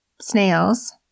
snails